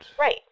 Right